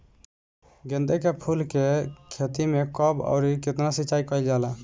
गेदे के फूल के खेती मे कब अउर कितनी सिचाई कइल जाला?